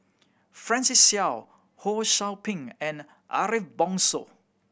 Francis Seow Ho Sou Ping and Ariff Bongso